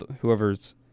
whoever's